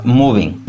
moving